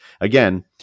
again